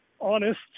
honest